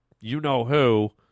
you-know-who